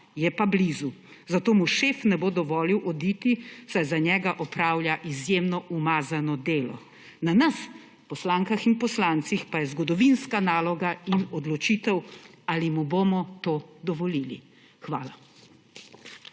je pa blizu, zato mu šef ne bo dovolil oditi, saj za njega opravlja izjemno umazano delo. Na nas, poslankah in poslancih, pa je zgodovinska naloga in odločitev, ali mu bomo to dovolili. Hvala.